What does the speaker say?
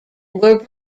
were